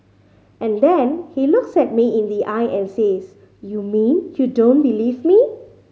and then he looks at me in the eye and says you mean you don't believe me